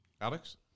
Alex